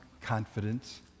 confidence